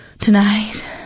Tonight